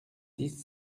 dix